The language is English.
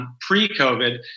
Pre-COVID